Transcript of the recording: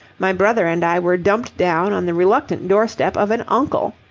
my brother and i were dumped down on the reluctant doorstep of an uncle.